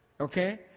Okay